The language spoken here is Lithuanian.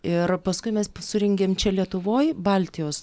ir paskui mes surengėm čia lietuvoj baltijos